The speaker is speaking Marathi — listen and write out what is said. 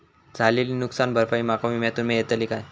झालेली नुकसान भरपाई माका विम्यातून मेळतली काय?